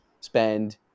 spend